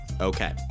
okay